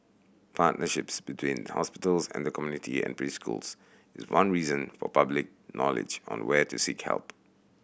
partnerships between hospitals and the community and preschools is one reason for public knowledge on where to seek help